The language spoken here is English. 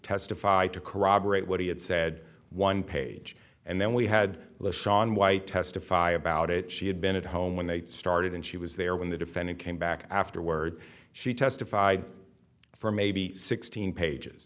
testify to corroborate what he had said one page and then we had shaun white testify about it she had been at home when they started and she was there when the defendant came back afterward she testified for maybe sixteen pages